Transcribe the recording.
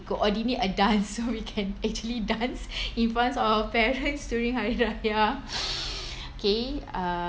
coordinate a dance so we can actually dance in front of our parents during hari raya okay uh